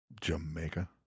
Jamaica